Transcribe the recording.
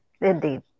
Indeed